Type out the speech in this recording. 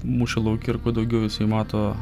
mūšio lauke ir kuo daugiau jisai mato